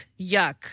yuck